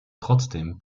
trotzdem